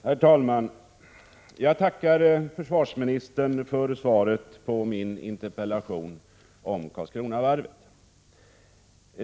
Herr talman! Jag tackar försvarsministern för svaret på min interpellation om Karlskronavarvet.